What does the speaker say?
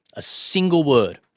a single word,